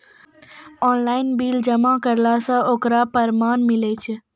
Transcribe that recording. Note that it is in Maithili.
ऑनलाइन बिल जमा करला से ओकरौ परमान मिलै छै?